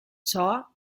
ciò